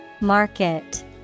Market